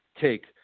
take